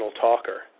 talker